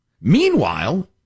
Meanwhile